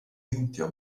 meindio